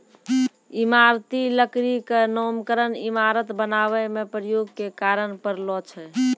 इमारती लकड़ी क नामकरन इमारत बनावै म प्रयोग के कारन परलो छै